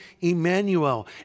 Emmanuel